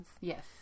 Yes